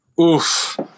Oof